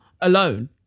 alone